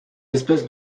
espèces